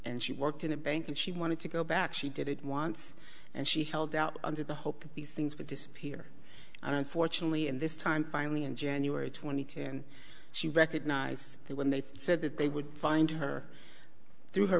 and she worked in a bank and she wanted to go back she did it once and she held out under the hope that these things would disappear i don't fortunately in this time finally in january twenty two she recognized that when they said that they would find her through her